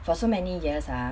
for so many years ah